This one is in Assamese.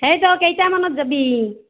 সেই ত কেইটামানত যাবি